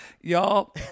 y'all